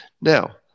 Now